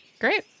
Great